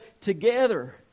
together